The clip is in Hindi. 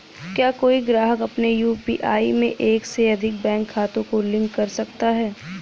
क्या कोई ग्राहक अपने यू.पी.आई में एक से अधिक बैंक खातों को लिंक कर सकता है?